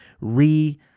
re